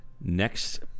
Next